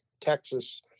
Texas